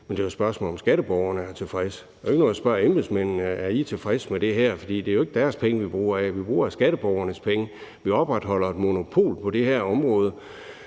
men det er jo spørgsmålet, om skatteborgerne er tilfredse. Det nytter jo ikke noget at spørge embedsmændene: Er I tilfredse med det her? For det er jo ikke deres penge, vi bruger af. Vi bruger af skatteborgernes penge. Vi opretholder et monopol på det her område